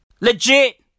Legit